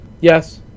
Yes